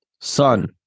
Son